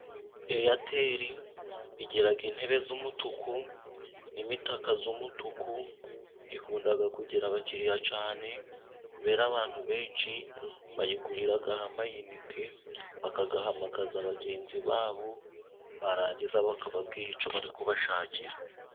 Airtel igira intebe z'umutuku n'imitaka y'umutuku, ikunda kugira abakiriya cyane, kubera abantu benshi bayigurira amayiniti, bakayahamagaza bagenzi babo, barangiza bakababwira icyo bari kubashakira.